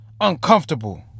uncomfortable